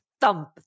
thump